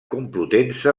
complutense